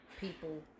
people